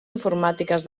informàtiques